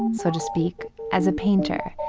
and so to speak as a painter.